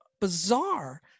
bizarre